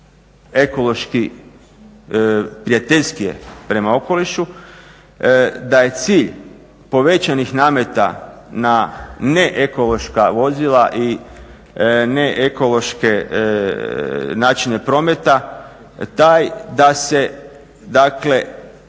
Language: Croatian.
ekološki prijateljskije prema okolišu, da je cilj povećanih nameta na ne ekološka vozila i ne ekološke načine prometa taj da se